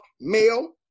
male